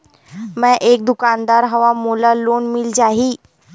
मै एक दुकानदार हवय मोला लोन मिल जाही?